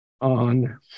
on